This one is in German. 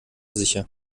sicher